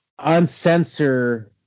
uncensor